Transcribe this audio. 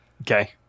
Okay